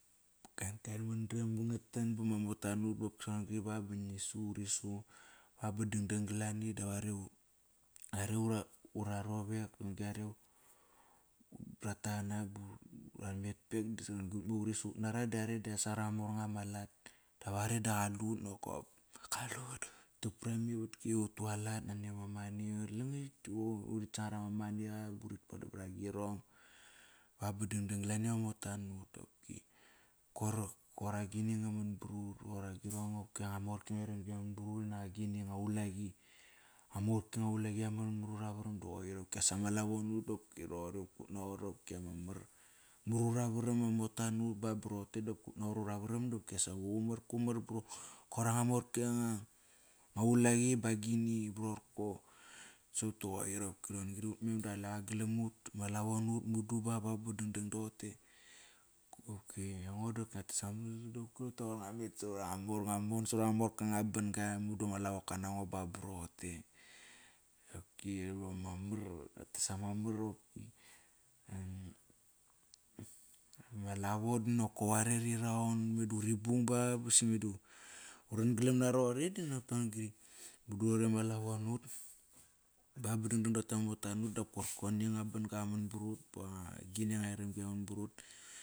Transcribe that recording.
Kainkain madram nga tan bama mota nut ba ngi su, uri su aa ba dangdang ka lani. Are ura rovek, are ut brata qana ba ura metpek on-gri ut me uri su ut nara dare da rasangar ama mor nga ma lat. Da ware da qalut nokop kalut. Tak para ma ivatki, utualat nani ama mani. Langakt urit sangar ama maniqa, burit bodom brangirong ba ba dangdang glani ama mota nut qoki. Koir agini nga man brut, ror agirong qopki anga morki anga eramgi ya man bra ut inak agini anga ulaqi, anga mor ki anga ulaqi ya man ma ura varam di qoir. Qapkias ama lavo nut dopki rhoqori. Qopki ut naqot iama mar mruravaram ama mota nut ba bd roqote dopki ut naqot ura varam dopklas ama qumar kumar. Koir anga morki anga moirki ulaqi ba agini ba rorko. Sop di qoir. Opki ron-gri ut mem da qale qa galam ut. Ama lavo nut mudu ba ba ba dangdang doqote. Ngua mon samara anga morka anga ban-ga mudu ama lavoka nango ba ba roqote. Qoki ama mar, quates ama mar qopki. Ama lavo da nakop are ri raun. Meda uri bung ba basi meda uran galam ra roqori dinak ron-gri, mudu roqori ama lavo nut ba ba dangdang dote ama mota nut dap koir goni nga ban-ga qa man brut banga gini anga eram-gi.